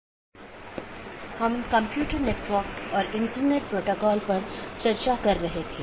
नमस्कार हम computer network और इंटरनेट पाठ्यक्रम पर अपनी चर्चा जारी रखेंगे